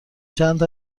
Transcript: چند